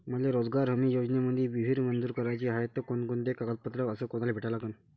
मले रोजगार हमी योजनेमंदी विहीर मंजूर कराची हाये त कोनकोनते कागदपत्र अस कोनाले भेटा लागन?